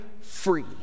free